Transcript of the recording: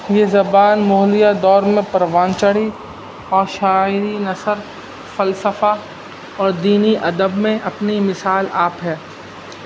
یہ زبان ملیہ دور میں پروانچڑی اشاعری نثر فلسفہ اور دینی ادب میں اپنی مثال آپ ہے